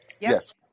Yes